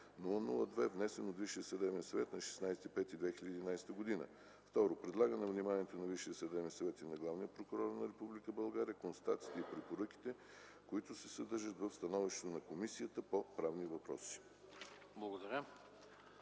111-00-2, внесен от Висшия съдебен съвет на 16 май 2011 г. 2. Предлага на вниманието на Висшия съдебен съвет и на Главния прокурор на Република България констатациите и препоръките, които се съдържат в становището на Комисията по правни въпроси.”